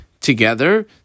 together